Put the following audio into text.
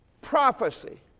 prophecy